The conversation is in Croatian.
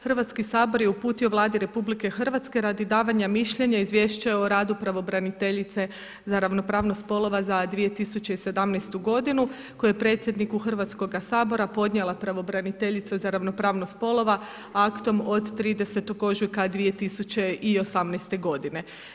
Hrvatski sabor je uputio Vladi RH radi davanja mišljenja izvješće o radu pravobraniteljice za ravnopravnost spolova za 2017. godinu koju je predsjedniku Hrvatskoga sabora podnijela pravobraniteljice za ravnopravnost spolova aktom od 30. ožujka 2018. godine.